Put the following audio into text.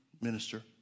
minister